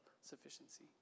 sufficiency